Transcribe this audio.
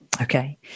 Okay